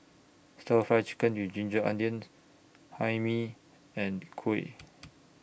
Stir Fried Chicken with Ginger Onions Hae Mee and Kuih